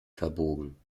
verbogen